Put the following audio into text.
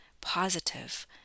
positive